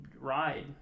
ride